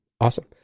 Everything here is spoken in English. awesome